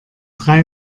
drei